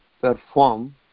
perform